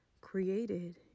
created